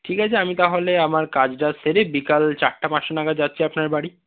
ঠিক আছে আমি তাহলে আমার কাজ টাজ সেরে বিকেল চারটে পাঁচটা নাগাদ যাচ্ছি আপনার বাড়ি